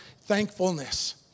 thankfulness